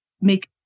make